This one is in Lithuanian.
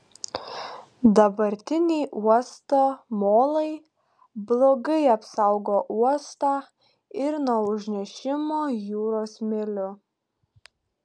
dabartiniai uosto molai blogai apsaugo uostą ir nuo užnešimo jūros smėliu